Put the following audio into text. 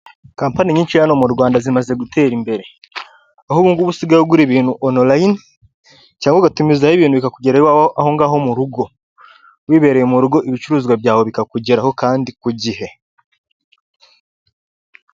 Compani nyinshi hano mu Rwanda zimaze gutera, imbere aho ubungubu usigaye ugura ibintu onoline cyangwa ugatumizaho ibintu bikakugeraho aho ngaho mu rugo, wibereye mu rugo ibicuruzwa byawe bikakugeraho kandi ku gihe.